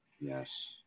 Yes